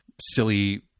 silly